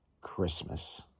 Christmas